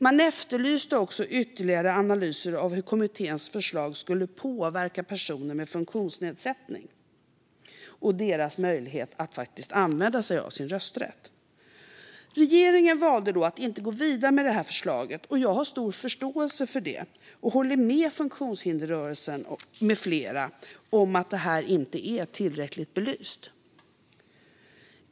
Man efterlyste också ytterligare analyser av hur kommitténs förslag skulle påverka personer med funktionsnedsättning och deras möjlighet att faktiskt använda sig av sin rösträtt. Regeringen valde då att inte gå vidare med förslaget. Jag har stor förståelse för det och håller med funktionshindersrörelsen med flera om att det här inte är tillräckligt belyst.